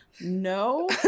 No